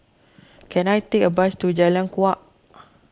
can I take a bus to Jalan Kuak